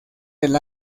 del